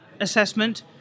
assessment